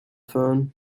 phone